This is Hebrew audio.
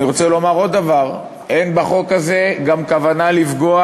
אני רוצה לומר עוד דבר: אין בחוק הזה גם כוונה לפגוע